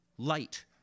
Light